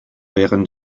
während